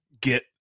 get